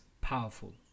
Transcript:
powerful